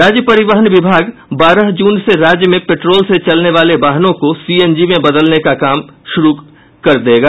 राज्य परिवहन विभाग बारह जून से राज्य में पेट्रोल से चलने वाले वाहनों को सीएनजी में बदलने का काम शुरू करेगा